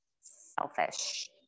selfish